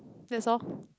that's all